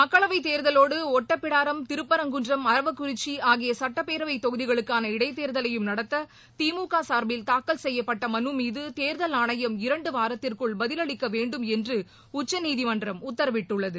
மக்களவைத் தேர்தலோடுஒட்டப்பிடாரம் திருப்பரங்குன்றம் அரவக்குறிச்சிஆகியசுட்டப்பேரவைதொகுதிகளுக்காள இடைத்தேர்தலையும் நடத்ததிமுகசார்பில் தாக்கல் செய்யப்பட்டமனுமீதுதேர்தல் ஆணையம் இரண்டுவாரத்திற்குள் பதிலளிக்கவேண்டும் என்றஉச்சநீதிமன்றம் உத்தரவிட்டுள்ளது